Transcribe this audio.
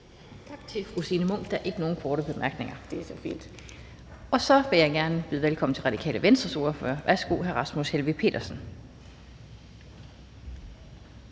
Tak til fru Signe Munk. Der er ikke nogen korte bemærkninger. Og så vil jeg gerne byde velkommen til Radikale Venstres ordfører. Værsgo, hr. Rasmus Helveg Petersen.